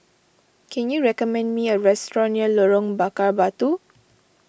can you recommend me a restaurant near Lorong Bakar Batu